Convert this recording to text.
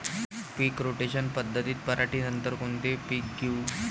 पीक rotation पद्धतीत पराटीनंतर कोनचे पीक घेऊ?